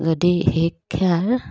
যদি শিক্ষাৰ